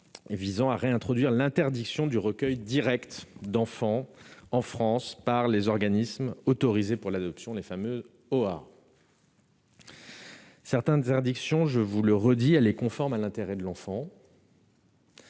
s'agit de réintroduire l'interdiction du recueil direct d'enfants en France par les organismes autorisés pour l'adoption, les fameux OAA. Cette interdiction, je vous le redis, est conforme à l'intérêt de l'enfant,